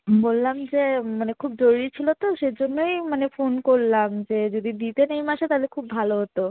বললাম যে মানে খুব জরুরি ছিলো তো সেজন্যই মানে ফোন করলাম যে যদি দিতেন এই মাসে তালে খুব ভালো হতো